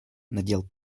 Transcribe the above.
надел